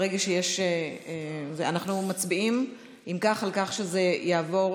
אם כך, אנחנו מצביעים שזה יעבור